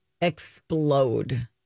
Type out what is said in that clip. explode